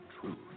truth